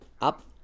Up